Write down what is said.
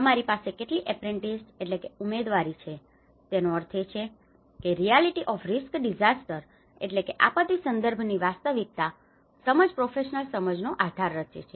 તમારી પાસે કેટલી એપ્રેન્ટિસશીપ apprenticeshipઉમેદવારી છે તેનો અર્થ એ છે કે રિઆલિટી ઓફ રિસ્ક ડીસાસ્ટરની reality of the disaster context આપત્તિ સંદર્ભની વાસ્તવિકતા સમજ પ્રોફેશનલ સમજનો આધાર રચે છે